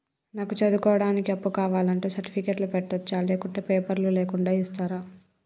నాకు చదువుకోవడానికి అప్పు కావాలంటే సర్టిఫికెట్లు పెట్టొచ్చా లేకుంటే పేపర్లు లేకుండా ఇస్తరా?